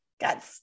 got